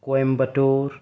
Coimbatore